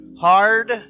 hard